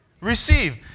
receive